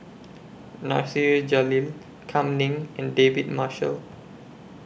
Nasir Jalil Kam Ning and David Marshall